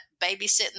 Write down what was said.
babysitting